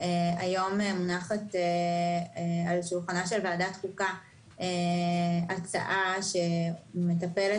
היום מונחת על שולחן ועדת החוקה הצעה שמטפלת